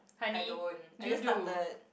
I don't I just started